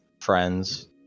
friends